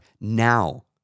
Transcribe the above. now